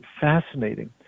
fascinating